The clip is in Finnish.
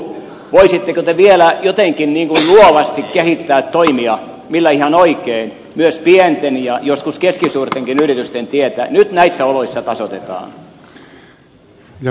voisitteko te vielä jotenkin niin kuin luovasti kehittää toimia joilla ihan oikein myös pienten ja joskus keskisuurtenkin yritysten tietä nyt näissä oloissa tasoitetaan